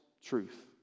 truth